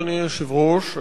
אדוני היושב-ראש,